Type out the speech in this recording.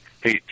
hey